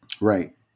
Right